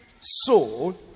soul